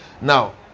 Now